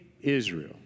Israel